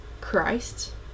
Christ